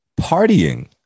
Partying